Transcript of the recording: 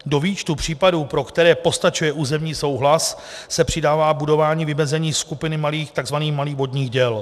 Do výčtu případů, pro které postačuje územní souhlas, se přidává budování vymezení skupiny tzv. malých vodních děl.